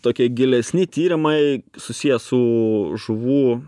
tokie gilesni tyrimai susiję su žuvų